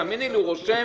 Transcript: תאמיני לי, הוא רושם,